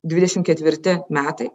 dvidešim ketvirti metai